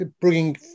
bringing